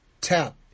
tap